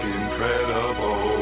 incredible